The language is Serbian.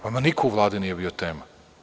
Vama niko u Vladi nije bio tema.